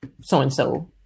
so-and-so